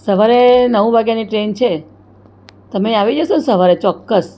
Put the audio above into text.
સવારે નવ વાગ્યાની ટ્રેન છે તમે આવી જશો ને સવારે ચોક્કસ